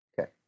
Okay